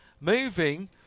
moving